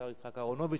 השר יצחק אהרונוביץ,